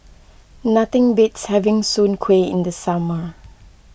nothing beats having Soon Kuih in the summer